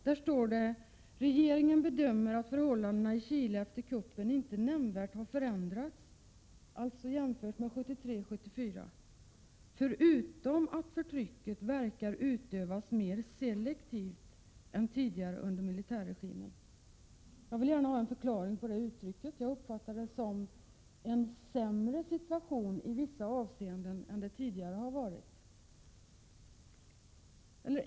Där sägs bl.a.: ”Regeringen bedömer att förhållandena i Chile efter kuppen inte nämnvärt har förändrats” — dvs. jämfört med 1973-1974 - ”förutom att förtrycket verkar utövas mer selektivt än tidigare under militärregimen.” Jag vill gärna ha en förklaring till detta. Jag uppfattar situationen som i vissa avseenden sämre än den har varit tidigare.